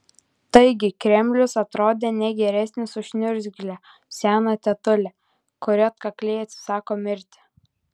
taigi kremlius atrodė ne geresnis už niurgzlę seną tetulę kuri atkakliai atsisako mirti